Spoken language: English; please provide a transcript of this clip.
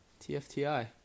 TFTI